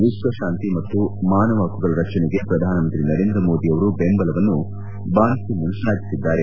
ವಿಶ್ವಶಾಂತಿ ಮತ್ತು ಮಾನವ ಪಕ್ಕುಗಳ ರಕ್ಷಣೆಗೆ ಪ್ರಧಾನಮಂತ್ರಿ ನರೇಂದ್ರ ಮೋದಿ ಅವರು ಬೆಂಬಲವನ್ನು ಬಾನ್ ಕಿ ಮೂನ್ ಶ್ಲಾಘಿಸಿದ್ದಾರೆ